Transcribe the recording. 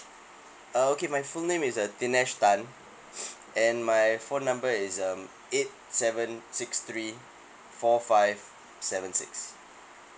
uh okay my full name is uh dinesh tan and my phone number is um eight seven six three four five seven six